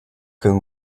can